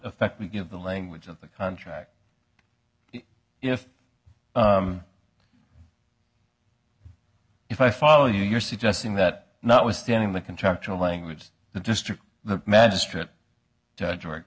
effect we give the language of the contract if if i follow you you're suggesting that notwithstanding the contractual language the district the magistrate judge or